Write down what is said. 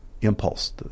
impulse